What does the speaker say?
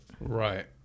right